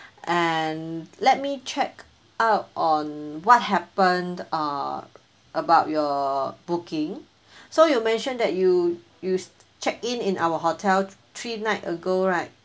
and let me check out on what happened uh about your booking so you mentioned that you you check in in our hotels three night ago right